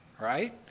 Right